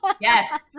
Yes